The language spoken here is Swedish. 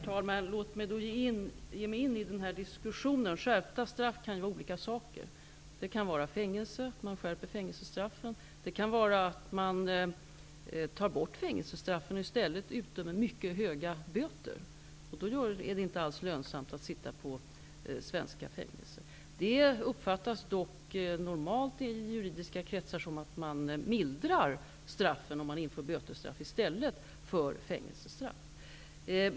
Herr talman! Låt mig då ge mig in i den här diskussionen. Skärpta straff kan innebära olika saker. Det kan innebära att man skärper fängelsestraffen. Det kan innebära att man tar bort fängelsestraffen och i stället utdömer mycket höga böter. Då är det inte alls lönsamt att sitta i svenska fängelser. Det uppfattas dock normalt i juridiska kretsar som att man mildrar straffen om man inför bötesstraff i stället för fängelsestraff.